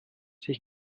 sich